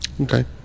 Okay